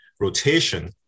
rotation